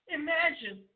imagine